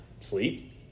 sleep